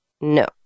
No